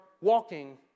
walking